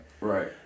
Right